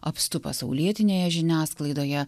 apstu pasaulietinėje žiniasklaidoje